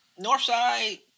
Northside